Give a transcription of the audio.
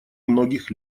многих